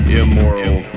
immoral